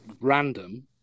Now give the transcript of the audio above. Random